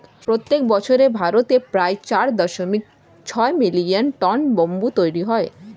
প্রত্যেক বছর ভারতে প্রায় চার দশমিক ছয় মিলিয়ন টন ব্যাম্বু তৈরী হয়